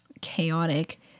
chaotic